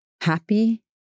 happy